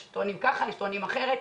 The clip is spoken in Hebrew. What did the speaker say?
יש הטוענים כך ויש הטוענים אחרת.